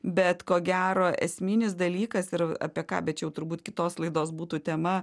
bet ko gero esminis dalykas ir apie ką bet čia jau turbūt kitos laidos būtų tema